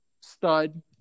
stud